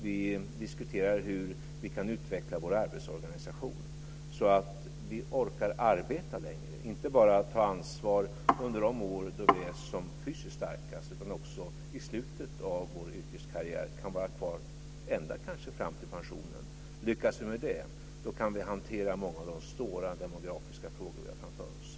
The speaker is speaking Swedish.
Vi måste diskutera hur vi kan utveckla vår arbetsorganisation så att vi orkar arbeta längre, inte bara ta ansvar under de år då vi är som starkast fysiskt utan också i slutet av vår yrkeskarriär kunna vara kvar kanske ända fram till pensionen. Lyckas vi med det kan vi hantera många av de svåra demografiska frågor vi har framför oss.